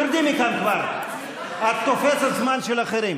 תרדי מכאן כבר, את תופסת זמן של אחרים.